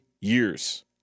years